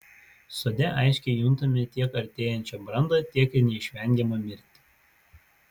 sode aiškiai juntame tiek artėjančią brandą tiek ir neišvengiamą mirtį